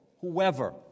whoever